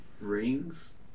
Rings